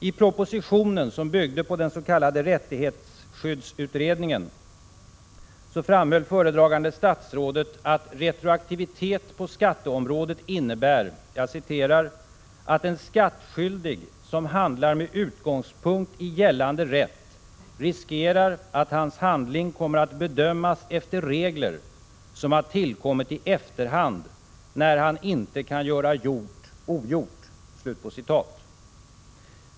I propositionen, som byggde på den s.k. rättighetsskyddsutredningen, framhöll föredragande statsrådet att retroaktivitet på skatteområdet innebär ”att en skattskyldig som handlar med utgångspunkt i gällande rätt riskerar att hans handling kommer att bedömas efter regler som har tillkommit i efterhand, när han inte kan göra gjort ogjort”.